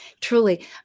truly